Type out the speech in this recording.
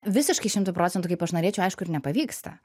visiškai šimtu procentų kaip aš norėčiau aišku ir nepavyksta